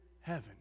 heaven